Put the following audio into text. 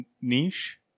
niche